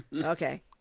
Okay